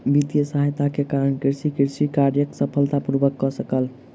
वित्तीय सहायता के कारण कृषक कृषि कार्य सफलता पूर्वक कय सकल